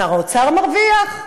שר האוצר מרוויח.